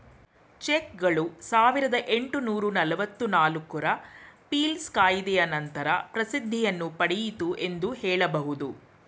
ಚೆಕ್ಗಳು ಸಾವಿರದ ಎಂಟುನೂರು ನಲವತ್ತು ನಾಲ್ಕು ರ ಪೀಲ್ಸ್ ಕಾಯಿದೆಯ ನಂತರ ಪ್ರಸಿದ್ಧಿಯನ್ನು ಪಡೆಯಿತು ಎಂದು ಹೇಳಬಹುದು